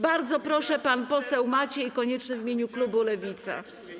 Bardzo proszę, pan poseł Maciej Konieczny w imieniu klubu Lewica.